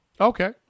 Okay